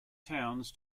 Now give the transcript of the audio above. towns